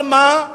אבל מה?